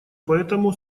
поэтому